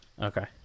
Okay